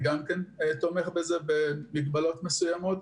גם אני תומך בזה במגבלות מסוימות,